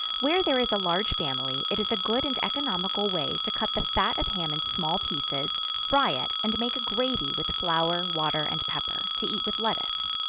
where there is a large family, it is a good and economical way to cut the fat of ham in small pieces, fry it, and make a gravy with flour, water and pepper, to eat with lettuce.